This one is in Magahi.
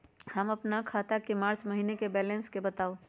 हमर खाता के मार्च महीने के बैलेंस के बताऊ?